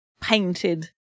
painted